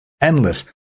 endless